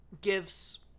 gives